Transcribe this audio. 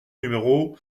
numéro